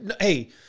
Hey